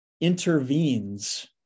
intervenes